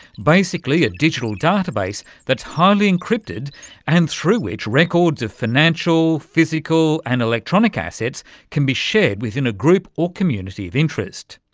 basically a digital database that's highly encrypted and through which records of financial, physical and electronic assets can be shared within a group or community of interest.